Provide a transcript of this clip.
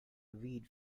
weed